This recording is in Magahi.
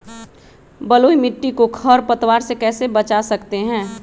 बलुई मिट्टी को खर पतवार से कैसे बच्चा सकते हैँ?